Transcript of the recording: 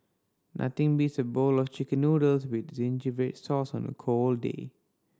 nothing beats a bowl of Chicken Noodles with zingy red sauce on a cold day